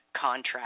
contract